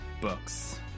books